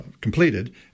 completed